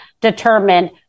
determined